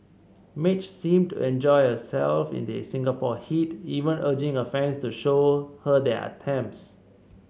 Madge seemed to enjoy herself in the Singapore heat even urging her fans to show her their armpits